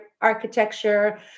architecture